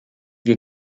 wir